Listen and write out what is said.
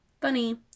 Funny